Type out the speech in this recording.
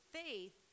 faith